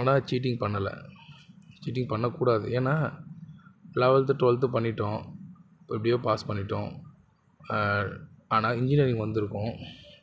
ஆனால் சீட்டிங் பண்ணலை சீட்டிங் பண்ணக்கூடாது ஏன்னால் லெவல்த்து டுவெல்த்து பண்ணிவிட்டோம் எப்படியோ பாஸ் பண்ணிவிட்டோம் ஆனால் இன்ஜினியரிங் வந்திருக்கோம்